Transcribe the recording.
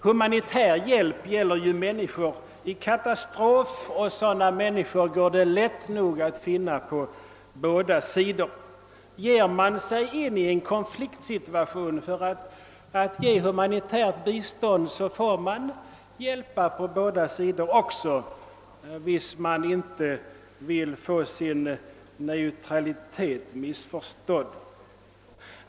Humanitär hjälp skall ju ges till människor i katastrofsituationer, och sådana människor går det lätt att finna på båda sidor. Om man ger sig in i en konfliktsituation för att ge humanitärt bistånd, får man hjälpa på båda sidor om man inte vill få sin neutralitet missförstådd.